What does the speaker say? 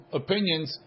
opinions